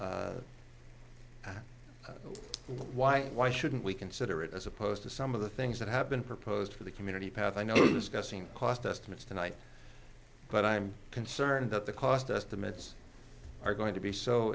and why shouldn't we consider it as opposed to some of the things that have been proposed for the community path i know discussing cost estimates tonight but i'm concerned that the cost estimates are going to be so